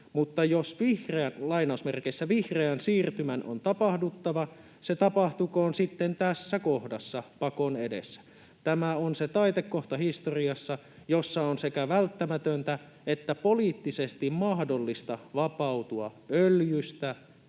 mutta jos ’vihreän siirtymän’ on tapahduttava, se tapahtukoon sitten tässä kohdassa, pakon edessä. Tämä on se taitekohta historiassa, jossa on sekä välttämätöntä että poliittisesti mahdollista vapautua öljystä,